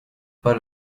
pas